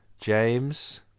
James